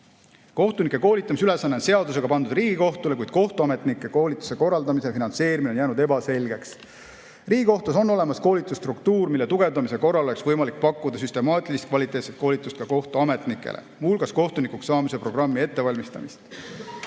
Kohtunike koolitamise ülesanne on seadusega pandud Riigikohtule, kuid kohtuametnike koolituse korraldamise finantseerimine on jäänud ebaselgeks. Riigikohtus on olemas koolitusstruktuur, mille tugevdamise korral oleks võimalik pakkuda süstemaatilist kvaliteetset koolitust ka kohtuametnikele, muu hulgas tuleks ette valmistada